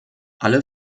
alle